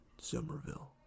Somerville